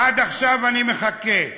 עד עכשיו אני מחכה.